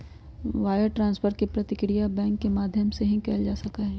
wire transfer के प्रक्रिया bank के माध्यम से ही कइल जा सका हई